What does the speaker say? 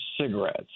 cigarettes